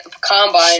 Combine